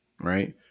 Right